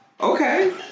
okay